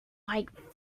white